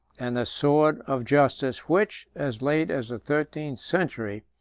and the sword of justice, which, as late as the thirteenth century,